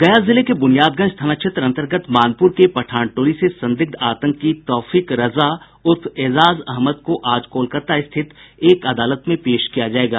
गया जिले के बुनियादगंज थाना क्षेत्र अंतर्गत मानपुर के पठान टोली से संदिग्ध आतंकी तौफीक रजा उर्फ एजाज अहमद को आज कोलकाता स्थित एक अदालत में पेश किया जायेगा